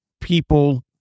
people